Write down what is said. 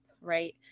right